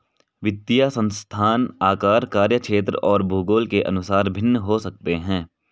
वित्तीय संस्थान आकार, कार्यक्षेत्र और भूगोल के अनुसार भिन्न हो सकते हैं